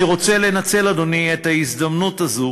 אדוני, אני רוצה לנצל את ההזדמנות הזאת